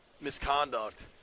misconduct